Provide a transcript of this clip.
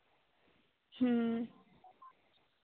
ᱦᱮᱸ